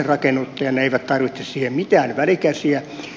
ne eivät tarvitse siihen mitään välikäsiä